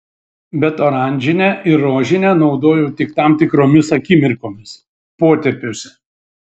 bet oranžinę ir rožinę naudoju tik tam tikromis akimirkomis potėpiuose